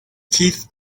keith